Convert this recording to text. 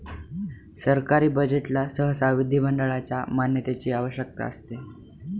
सरकारी बजेटला सहसा विधिमंडळाच्या मान्यतेची आवश्यकता असते